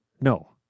No